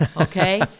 Okay